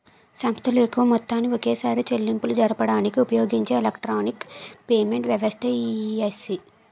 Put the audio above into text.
సంస్థలు ఎక్కువ మొత్తాన్ని ఒకేసారి చెల్లింపులు జరపడానికి ఉపయోగించే ఎలక్ట్రానిక్ పేమెంట్ వ్యవస్థే ఈ.సి.ఎస్